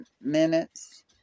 minutes